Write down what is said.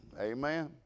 Amen